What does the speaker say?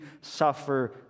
suffer